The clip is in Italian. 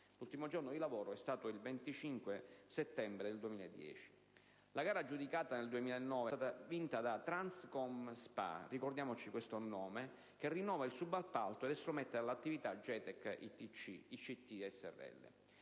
l'ultimo giorno di lavoro è stato il 25 settembre 2010. La gara aggiudicata nel 2009 è stata vinta da Transcom spa - ricordiamo questo nome - che non rinnova il subappalto ed estromette dall'attività Getek ICT srl.